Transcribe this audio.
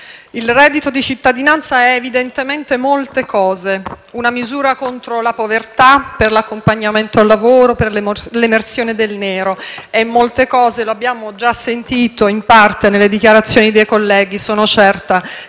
il reddito di cittadinanza è evidentemente molte cose. È una misura contro la povertà, per l'accompagnamento al lavoro e per l'emersione del nero. È molte cose; lo abbiamo già sentito in parte degli interventi dei colleghi e sono certa